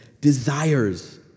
desires